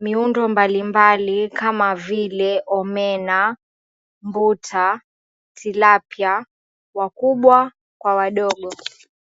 miundo mbalimbali kama vile omena, mbuta, tilapia, wakubwa kwa wadogo.